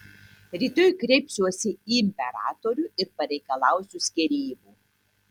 rytoj kreipsiuosi į imperatorių ir pareikalausiu skyrybų